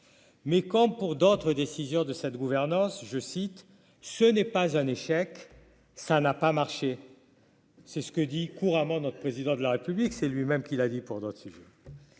mais comme pour d'autres décisions de cette gouvernance, je cite : ce n'est pas un échec, ça n'a pas marché. C'est ce que dit couramment notre président de la République, c'est lui-même qui l'a dit, pour d'autres.